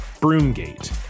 Broomgate